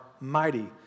mighty